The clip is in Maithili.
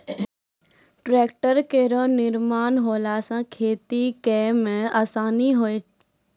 ट्रेक्टर केरो निर्माण होला सँ खेती करै मे आसानी होलै